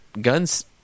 guns